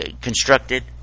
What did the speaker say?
constructed